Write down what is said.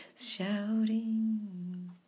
Shouting